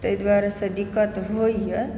ताहि दुआरेसे दिक्कत होइए